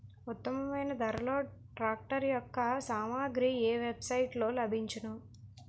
ఉత్తమమైన ధరలో ట్రాక్టర్ యెక్క సామాగ్రి ఏ వెబ్ సైట్ లో లభించును?